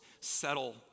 settle